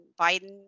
Biden